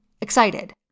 excited